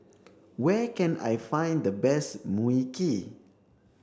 where can I find the best Mui Kee